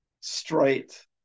straight